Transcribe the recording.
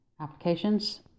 applications